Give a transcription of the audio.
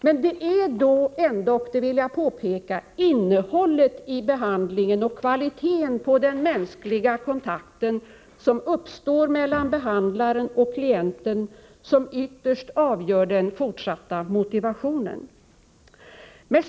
Jag vill påpeka att det ändock är innehållet i behandlingen och kvaliteten på den mänskliga kontakt som uppstår mellan behandlaren och klienten som ytterst avgör den fortsatta motivationen.